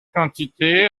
quantité